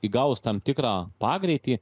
įgavus tam tikrą pagreitį